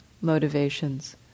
motivations